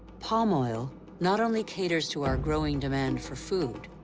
palm oil not only caters to our growing demand for food,